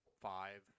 five